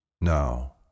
Now